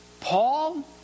Paul